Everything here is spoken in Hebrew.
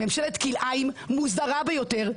ממשלת כלאיים מוזרה ביותר,